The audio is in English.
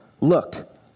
look